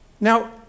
Now